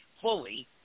fully